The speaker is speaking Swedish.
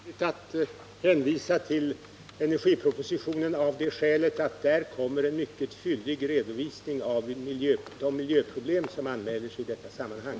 Herr talman! Det är naturligt att hänvisa till energipropositionen av det skälet att där kommer en mycket fyllig redovisning av de miljöproblem som anmäls i detta sammanhang.